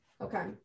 Okay